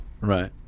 right